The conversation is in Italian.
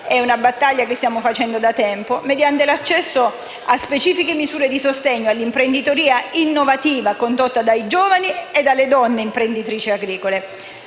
è una battaglia che stiamo sostenendo da tempo - mediante l'accesso a specifiche misure di sostegno all'imprenditoria innovativa condotta da giovani e dalle donne imprenditrici agricole.